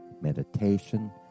meditation